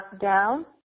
down